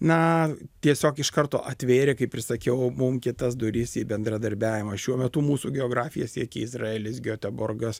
na tiesiog iš karto atvėrė kaip ir sakiau mum kitas duris į bendradarbiavimą šiuo metu mūsų geografija siekia izraelis geteborgas